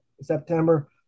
September